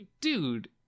dude